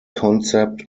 concept